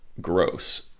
Gross